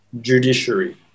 judiciary